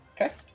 okay